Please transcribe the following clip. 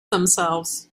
themselves